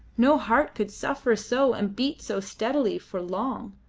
no heart could suffer so and beat so steadily for long.